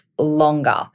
longer